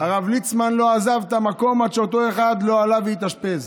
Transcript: הרב ליצמן לא עזב את המקום עד שאותו אחד עלה והתאשפז.